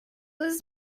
was